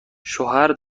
شوهر